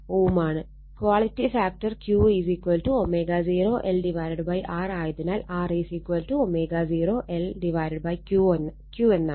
quality factor Qω0 LR ആയതിനാൽ Rω0 LQ എന്നാണ്